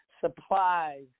supplies